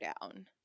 down